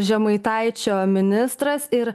žemaitaičio ministras ir